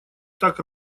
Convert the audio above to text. так